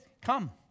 Come